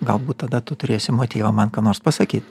galbūt tada tu turėsi motyvą man ką nors pasakyt